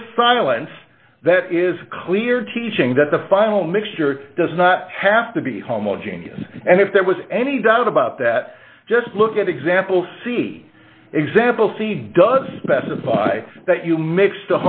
just silence that is clear teaching that the final mixture does not have to be homo genius and if there was any doubt about that just look at example c example c does specify that you mixed